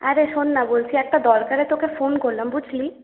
আরে শোন না বলছি একটা দরকারে তোকে ফোন করলাম বুঝলি